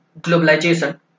Globalization